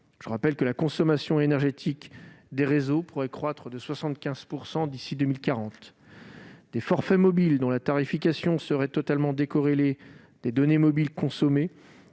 Je rappelle ainsi que la consommation énergétique des réseaux pourrait croître de 75 % d'ici à 2040. Des forfaits mobiles dont la tarification serait totalement décorrélée des données mobiles consommées